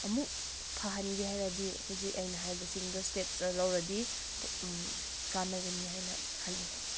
ꯑꯃꯨꯛ ꯐꯍꯟꯒꯦ ꯍꯥꯏꯔꯗꯤ ꯍꯨꯖꯤꯛ ꯑꯩꯅ ꯍꯥꯏꯕꯁꯤꯡꯗꯣ ꯏꯁꯇꯦꯞꯆꯆꯔ ꯂꯧꯔꯗꯤ ꯀꯥꯟꯅꯒꯅꯤ ꯍꯥꯏꯅ ꯈꯜꯂꯤ